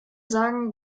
sagen